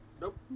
Nope